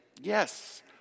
yes